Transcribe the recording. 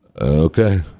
Okay